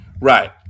Right